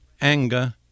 anger